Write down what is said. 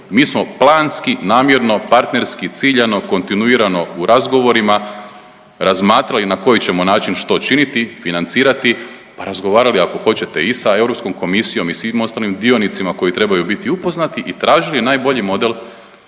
Mi smo planski, namjerno, partnerski, ciljano, kontinuirano u razgovorima razmatrali na koji ćemo način što činiti, financirati, pa razgovarali, ako hoćete i sa EK i svim ostalim dionicima koji trebaju biti upoznati i tražili najbolji model